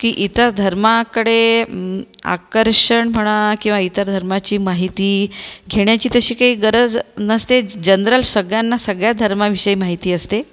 की इतर धर्माकडे आकर्षण म्हणा किंवा इतर धर्माची माहिती घेण्याची तशी काही गरज नसते जनरल सगळ्यांना सगळ्या धर्मांविषयी माहिती असते